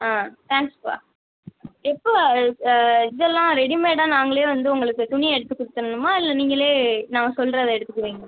தேங்க்ஸ்ப்பா எப்போ இதெல்லாம் ரெடிமேடாக நாங்களே வந்து உங்களுக்கு துணி எடுத்து கொடுத்தர்ணுமா இல்லை நீங்களே நாங்கள் சொல்கிறத எடுத்துக்குவிங்களா